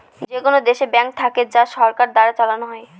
যেকোনো দেশে ব্যাঙ্ক থাকে যা সরকার দ্বারা চালানো হয়